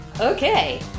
Okay